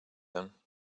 him